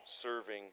serving